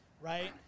Right